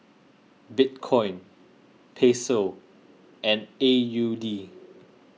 Bitcoin Peso and A U D